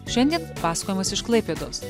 šiandien pasakojimas iš klaipėdos